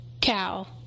cow